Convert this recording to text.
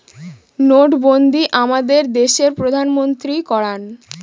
নোটবন্ধী আমাদের দেশের প্রধানমন্ত্রী করান